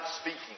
speaking